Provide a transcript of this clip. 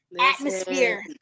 atmosphere